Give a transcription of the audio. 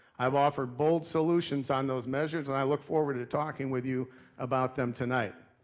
i've offered bold solutions on those measures and i look forward to talking with you about them tonight.